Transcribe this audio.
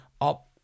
up